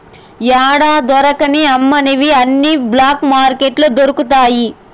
యాడా దొరకని అమ్మనివి అన్ని బ్లాక్ మార్కెట్లో దొరుకుతాయి